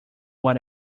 what